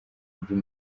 by’i